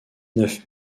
neuf